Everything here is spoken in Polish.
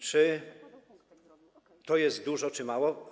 Czy to jest dużo czy mało?